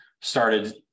started